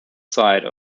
side